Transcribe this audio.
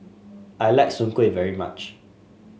I like Soon Kway very much